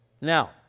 Now